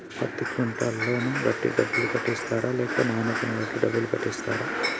పత్తి క్వింటాల్ ను బట్టి డబ్బులు కట్టిస్తరా లేక నాణ్యతను బట్టి డబ్బులు కట్టిస్తారా?